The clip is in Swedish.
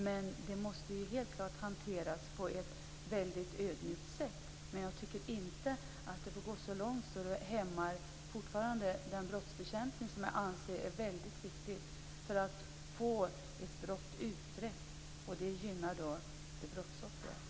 Helt klart måste detta hanteras på ett väldigt ödmjukt sätt men det får inte gå så långt att det hämmar den brottsbekämpning som jag anser vara väldigt viktig för att få ett brott utrett. Det gynnar då brottsoffret.